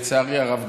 לצערי הרב,